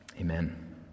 Amen